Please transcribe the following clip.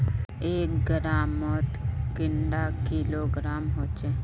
एक ग्राम मौत कैडा किलोग्राम होचे?